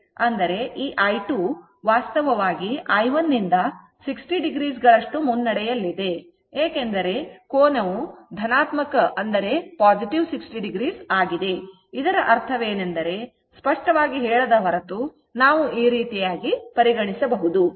ಅಂದರೆ ಈ i2 ವಾಸ್ತವವಾಗಿ i1 ನಿಂದ 60o ಗಳಷ್ಟು ಮುನ್ನಡೆಯಲ್ಲಿದೆ ಏಕೆಂದರೆ ಕೋನವು ಧನಾತ್ಮಕ 60o ಆಗಿದೆ ಇದರ ಅರ್ಥವೇನೆಂದರೆ ನಿರ್ದಿಷ್ಟವಾಗಿ ಹೇಳದ ಹೊರತು ನಾವು rms ಎಂದು ಪರಿಗಣಿಸಬಹುದು